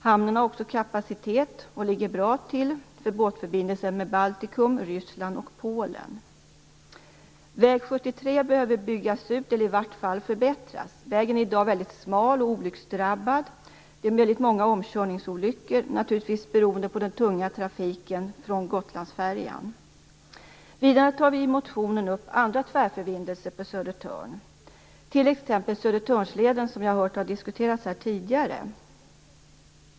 Hamnen har också kapacitet och ligger bra till för båtförbindelsen med Baltikum, Ryssland och Polen. Väg 73 behöver byggas ut eller i varje fall förbättras. Vägen är i dag väldigt smal och olycksdrabbad. Väldigt många olyckor är omkörningsolyckor, vilket naturligtvis beror på den tunga trafiken från Gotlandsfärjan. Vidare tar vi i motionen upp andra tvärförbindelser med Södertörn, t.ex. Södertörnsleden som jag har hört diskuteras här tidigare.